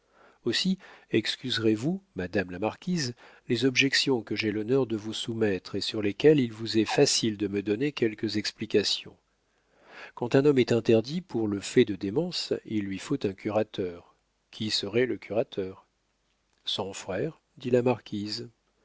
aussi excuserez vous madame la marquise les objections que j'ai l'honneur de vous soumettre et sur lesquelles il vous est facile de me donner quelques explications quand un homme est interdit pour le fait de démence il lui faut un curateur qui serait le curateur son frère dit la marquise